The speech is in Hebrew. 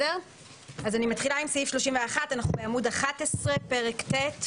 לגבי פרק ט'